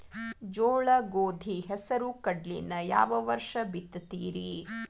ಜೋಳ, ಗೋಧಿ, ಹೆಸರು, ಕಡ್ಲಿನ ಯಾವ ವರ್ಷ ಬಿತ್ತತಿರಿ?